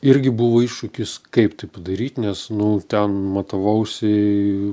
irgi buvo iššūkis kaip tai padaryt nes nu ten matavausi